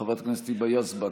חברת הכנסת היבה יזבק,